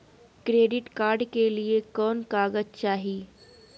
Credit card के लिए कौन कागज चाही?